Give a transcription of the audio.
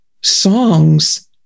songs